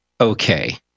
okay